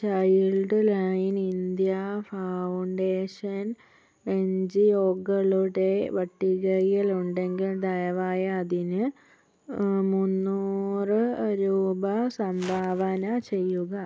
child line India foundation N G ഒകളുടെ പട്ടികയിൽ ഉണ്ടെങ്കിൽ ദയവായി അതിന് മുന്നൂറ് രൂപ സംഭാവന ചെയ്യുക